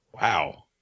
Wow